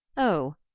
oh,